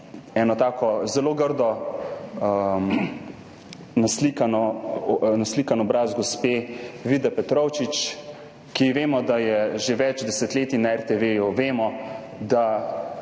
eno tako zelo grdo, naslikan obraz gospe Vide Petrovčič, ki vemo, da je že več desetletij na RTV, vemo, da